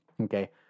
okay